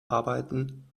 arbeiten